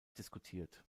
diskutiert